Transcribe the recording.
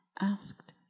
asked